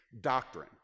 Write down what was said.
doctrine